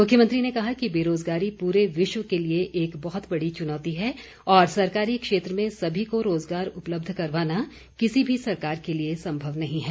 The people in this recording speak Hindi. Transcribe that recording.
मुख्यमंत्री ने कहा कि बेरोजगारी पूरे विश्व के लिए एक बहुत बड़ी चुनौती है और सरकारी क्षेत्र में सभी को रोजगार उपलब्ध करवाना किसी भी सरकार के लिए सम्भव नहीं है